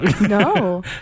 No